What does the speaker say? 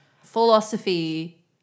philosophy